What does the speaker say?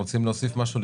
רוצים להוסיף משהו,